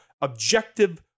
objective